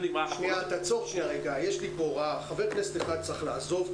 הדוברים הבאים: אלון שוסטר,